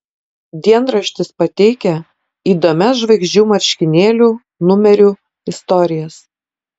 dienraštis pateikia įdomias žvaigždžių marškinėlių numerių istorijas